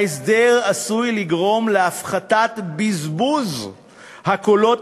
ההסדר עשוי לגרום להפחתת בזבוז הקולות